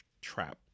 trap